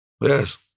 Yes